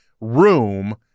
room